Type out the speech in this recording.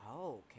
Okay